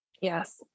Yes